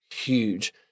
huge